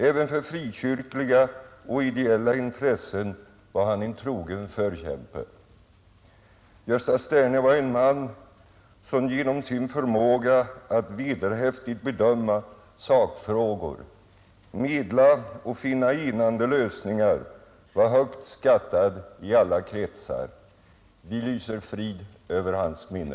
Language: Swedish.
Även för frikyrkliga och ideella intressen var han en trogen förkämpe. Gösta Sterne var en man som genom sin förmåga att vederhäftigt bedöma sakfrågor, medla och finna enande lösningar var högt skattad i alla kretsar. Vi lyser frid över hans minne.